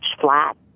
flat